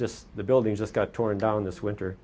just the building just got torn down this winter